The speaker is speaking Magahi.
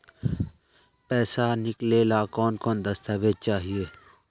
पैसा निकले ला कौन कौन दस्तावेज चाहिए?